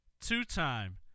two-time